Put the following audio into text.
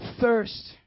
thirst